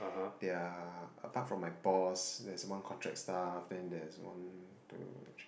they are apart from my boss there is one contract staff then there is one don't know